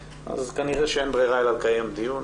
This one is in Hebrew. כנראה שאין ברירה אלא לקיים דיון.